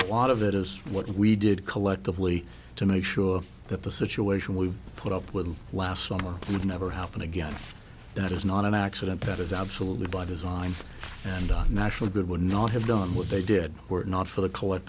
but lot of it is what we did collectively to make sure that the situation we put up with last summer and never happen again that is not an accident that is absolutely by design and on national good would not have done what they did were it not for the collect